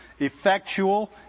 Effectual